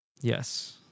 Yes